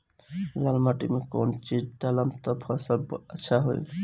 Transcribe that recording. लाल माटी मे कौन चिज ढालाम त फासल अच्छा होई?